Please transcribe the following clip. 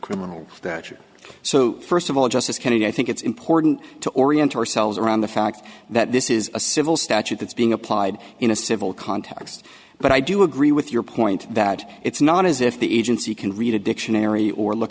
criminal that are so first of all justice kennedy i think it's important to orient ourselves around the fact that this is a civil statute that's being applied in a civil context but i do agree with your point that it's not as if the agency can read a dictionary or look